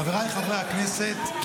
חבריי חברי הכנסת,